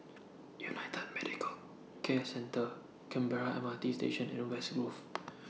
United Medicare Centre Canberra M R T Station and West Grove